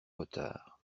retard